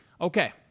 Okay